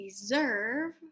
deserve